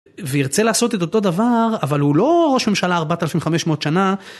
וירצה לעשות את אותו דבר, אבל הוא לא ראש ממשלה 4500 שנה.